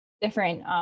different